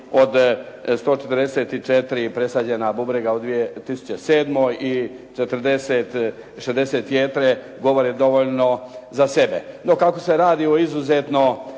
od 144 presađena bubrega u 2007. i 60 jetre govore dovoljno za sebe. No, kako se radi o izuzetno